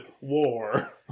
war